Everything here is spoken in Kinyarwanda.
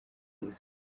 yose